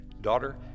Daughter